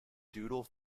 doodle